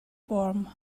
warm